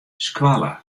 skoalle